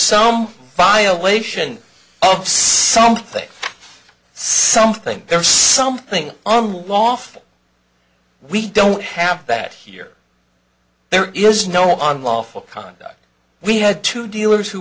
some violation off something something there is something unlawful we don't have that here there is no on lawful contact we had two dealers who